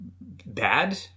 Bad